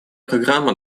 программа